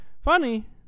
Funny